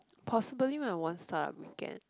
possibly when I won start up weekend